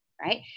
right